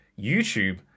YouTube